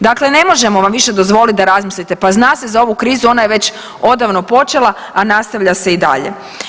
Dakle, ne možemo vam više dozvoliti da razmislite, pa zna se za ovu krizu, ona je već odavno počela, a nastavlja se i dalje.